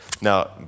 Now